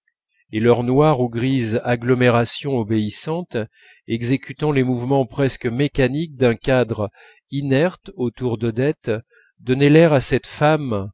et leur noire ou grise agglomération obéissante exécutant les mouvements presque mécaniques d'un cadre inerte autour d'odette donnait l'air à cette femme